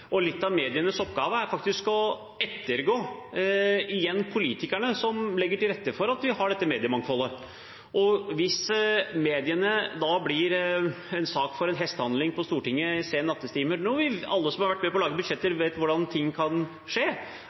å ettergå politikerne som legger til rette for at vi har dette mediemangfoldet. Hvis mediene blir en sak for hestehandel på Stortinget sene nattetimer – alle som har vært med på å lage budsjetter, vet hvordan ting kan skje